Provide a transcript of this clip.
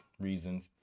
reasons